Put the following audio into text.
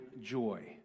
joy